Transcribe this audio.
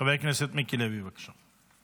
חבר הכנסת מיקי לוי, בבקשה.